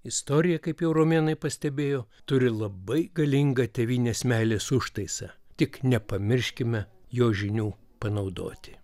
istorija kaip jau romėnai pastebėjo turi labai galingą tėvynės meilės užtaisą tik nepamirškime jo žinių panaudoti